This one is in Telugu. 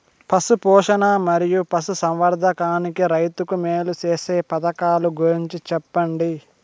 పశు పోషణ మరియు పశు సంవర్థకానికి రైతుకు మేలు సేసే పథకాలు గురించి చెప్పండి?